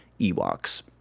Ewoks